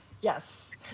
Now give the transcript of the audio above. Yes